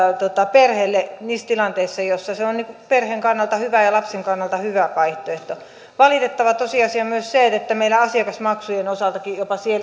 perheelle niissä tilanteissa joissa se on perheen kannalta hyvä ja lapsen kannalta hyvä vaihtoehto valitettava tosiasia on myös se että meillä asiakasmaksujen osaltakin jopa